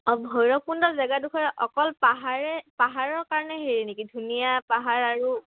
অঁ ভৈৰৱকুণ্ড জেগাডোখৰ অকল পাহাৰে পাহাৰৰ কাৰণে হেৰি নেকি ধুনীয়া পাহাৰ আৰু